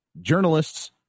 journalists